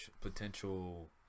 potential